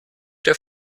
der